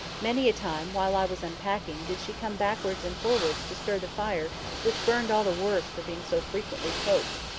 many a time, while i was unpacking, did she come backwards and forwards to stir the fire which burned all the worse for being so frequently poked.